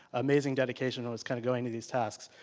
amazing dedication that was kind of going to these tasks.